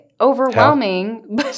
overwhelming